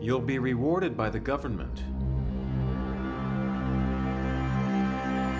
you'll be rewarded by the government